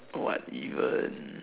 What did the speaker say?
what even